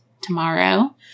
tomorrow